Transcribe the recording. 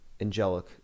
angelic